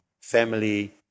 family